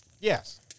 Yes